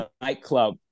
nightclub